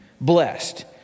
blessed